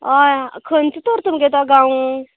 होय खंय तर तुमगेलो तो गांवू